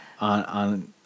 on